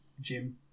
gym